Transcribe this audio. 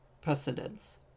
precedence